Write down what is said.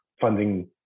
funding